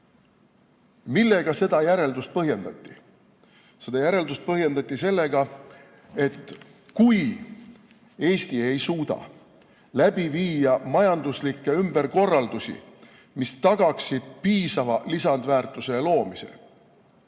Millega seda järeldust põhjendati? Seda järeldust põhjendati sellega, et kui Eesti ei suuda läbi viia majanduslikke ümberkorraldusi, mis tagaksid piisava lisandväärtuse loomise,